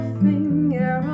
finger